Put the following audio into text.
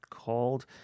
Called